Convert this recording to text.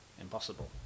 impossible